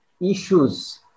issues